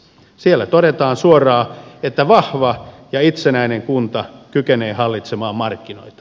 siellä todetaan suoraan että vahva ja itsenäinen kunta kykenee hallitsemaan markkinoita